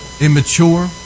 immature